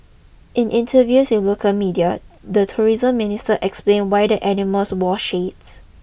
in interviews with local media the tourism minister explained why the animals wore shades